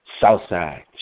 Southside